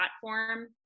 platform